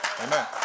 Amen